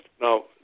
Now